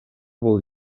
бул